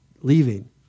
leaving